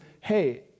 Hey